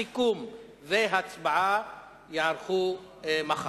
סיכום והצבעה ייערכו מחר.